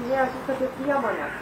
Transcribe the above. minėjot tik apie priemones